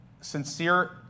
sincere